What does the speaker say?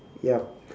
yup